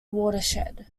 watershed